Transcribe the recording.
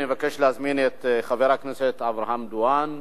אני מבקש להזמין את חבר הכנסת אברהם דואן,